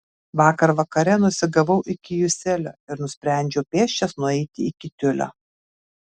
vakar vakare nusigavau iki juselio ir nusprendžiau pėsčias nueiti iki tiulio